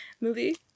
movie